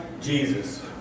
Jesus